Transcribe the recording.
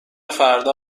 فردا